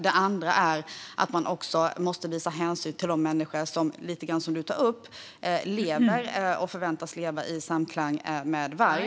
Det andra är att man också måste visa hänsyn till de människor som, så som du tar upp, lever och förväntas leva i samklang med varg.